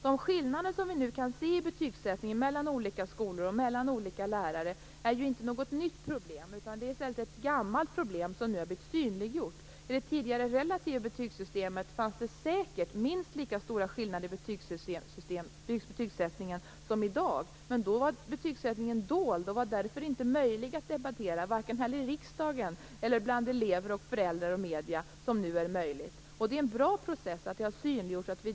De skillnader som vi nu kan se i betygsättningen mellan olika skolor och mellan olika lärare är ju inte något nytt problem utan ett gammalt problem som nu har blivit synliggjort. I det tidigare relativa betygsystemet fanns det säkert minst lika stora skillnader i betygsättningen som i dag, men då var betygsättningen dold och därför inte möjlig att debattera, varken här i riksdagen eller bland elever, föräldrar och medier. Det är en bra process att problemet synliggjorts.